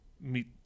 meet